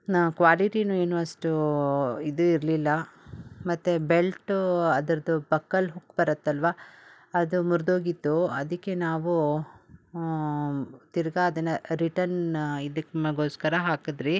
ಕ್ವಾಲಿಟಿನು ಏನು ಅಷ್ಟು ಇದು ಇರಲಿಲ್ಲ ಮತ್ತು ಬೆಲ್ಟು ಅದರದ್ದು ಪಕಲ್ ಹುಕ್ ಬರತ್ತಲ್ವಾ ಅದು ಮುರಿದೋಗಿತ್ತು ಅದಕ್ಕೆ ನಾವು ತಿರ್ಗಾ ಅದನ್ನು ರಿಟನ್ ಇದಕ್ಕೆ ಮ ಗೋಸ್ಕರ ಹಾಕಿದ್ರಿ